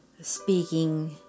speaking